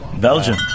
Belgium